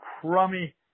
crummy